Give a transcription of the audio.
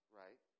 right